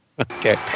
Okay